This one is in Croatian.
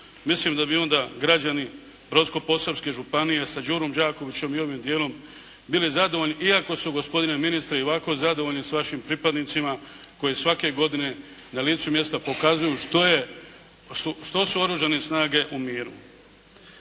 Mislim da bi onda građani Brodsko-posavske županije sa Đurom Đakovićem i ovim dijelom bili zadovoljni iako su gospodine ministre i ovako zadovoljni sa vašim pripadnicima koji svake godine na licu mjesta pokazuju što su Oružane snage u miru.